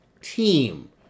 team